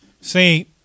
See